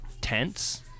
tense